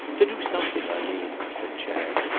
to do something, i mean, said chad,